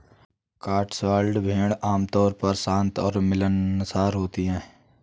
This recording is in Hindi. कॉटस्वॉल्ड भेड़ आमतौर पर शांत और मिलनसार होती हैं